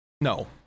no